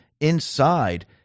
inside